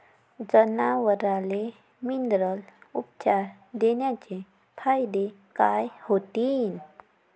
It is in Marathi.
जनावराले मिनरल उपचार देण्याचे फायदे काय होतीन?